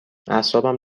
اعصابم